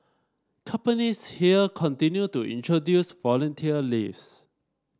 companies here continue to introduce volunteer leaves